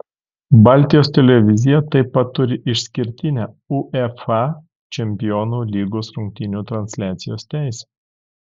baltijos televizija taip pat turi išskirtinę uefa čempionų lygos rungtynių transliacijos teisę